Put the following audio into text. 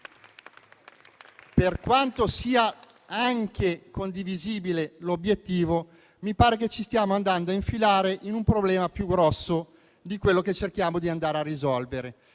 per quanto sia anche condivisibile l'obiettivo, sembra che ci stiamo andando ad infilare in un problema più grosso di quello che cerchiamo di risolvere.